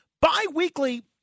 bi-weekly